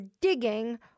digging